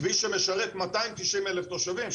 כביש שמשרת מאתיים תשעים אלף תושבים,